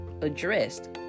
addressed